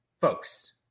Folks